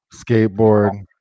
skateboard